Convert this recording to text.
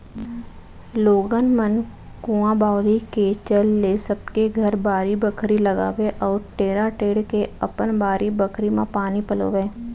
लोगन मन कुंआ बावली के चल ले सब के घर बाड़ी बखरी लगावय अउ टेड़ा टेंड़ के अपन बारी बखरी म पानी पलोवय